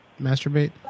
masturbate